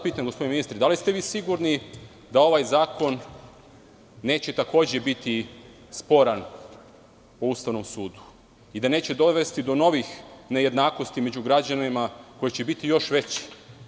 Pitam vas gospodine ministre, da li ste sigurni da ovaj zakon neće takođe biti sporan u Ustavnom sudu i da neće dovesti do novih nejednakosti među građanima kojih će biti još više?